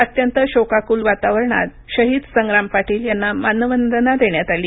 अत्यंत शोकाकुल वातावरणात शहीद संग्राम पाटील यांना मानवंदना देण्यात आली